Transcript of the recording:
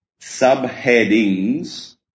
subheadings